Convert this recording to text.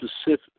specific